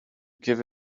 give